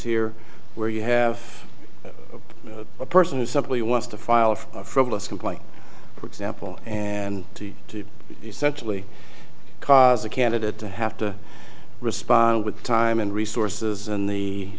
here where you have a person who simply wants to file for frivolous complaint for example and to to essentially cause a candidate to have to respond with time and resources in the